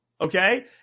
okay